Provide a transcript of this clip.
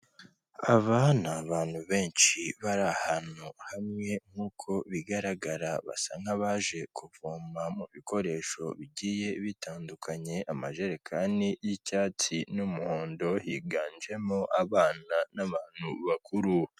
Aba abana abantu benshi bari ahantu hamwe nk'uko bigaragara basa nk'abaje kuvoma mu bikoresho bigiye bitandukanye, amajerekani y'icyatsi n'umuhondo, higanjemo abana n'abantu bakuru.